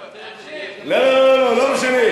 זה התענוג שלי,